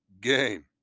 game